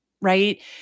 right